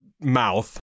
mouth